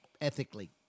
ethically